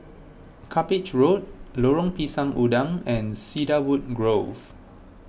Cuppage Road Lorong Pisang Udang and Cedarwood Grove